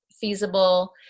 feasible